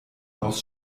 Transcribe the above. aus